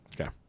Okay